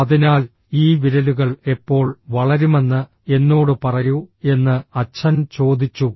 അതിനാൽ ഈ വിരലുകൾ എപ്പോൾ വളരുമെന്ന് എന്നോട് പറയൂ എന്ന് അച്ഛൻ ചോദിച്ചു